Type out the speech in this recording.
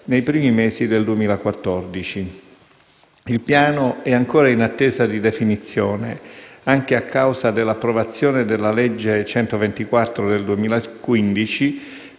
nei primi mesi del 2014. Il piano è ancora in attesa di definizione, anche a causa dell'approvazione della legge n. 124 del 2015,